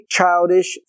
childish